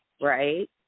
right